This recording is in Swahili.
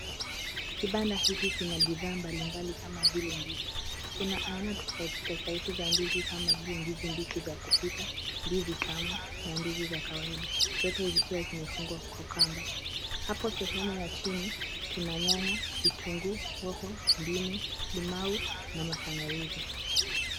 Kibanda hiki kina bidhaa mbali mbali kama vile ndizi. Kuna aina tofauti tofauti za ndizi kama vile ndizi mbichi za kupika, ndizi tamu na ndizi za kawaida, zote zikiwa zimefungwa kwa kamba. Hapo sehemu ya chini kuna nyanya, vitunguu, hoho, ndimu, limau na matangawizi.